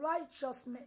righteousness